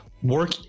work